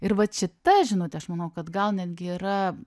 ir vat šita žinutė aš manau kad gal netgi yra